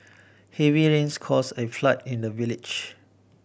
heavy rains caused a flood in the village